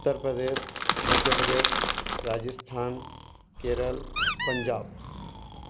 Uttar Pradesh Madhya Pradesh Rajasthan Kerala Punjab